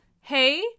hey